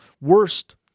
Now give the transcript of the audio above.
worst